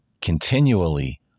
continually